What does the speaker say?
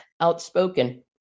outspoken